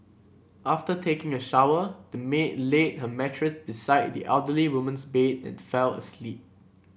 after taking a shower the maid laid her mattress beside the elderly woman's bed and fell asleep